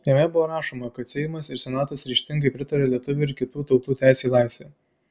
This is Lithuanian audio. jame buvo rašoma kad seimas ir senatas ryžtingai pritaria lietuvių ir kitų tautų teisei į laisvę